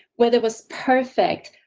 whether it was perfect